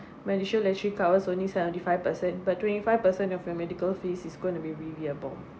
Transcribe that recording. MediShield actually covers only seventy five per cent but twenty five percent of your medical fees is going to be reliable